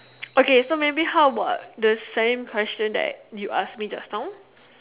okay so maybe how about the same question that you ask me just now